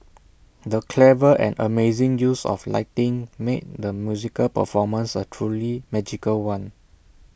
the clever and amazing use of lighting made the musical performance A truly magical one